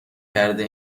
کرده